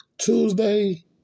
Tuesday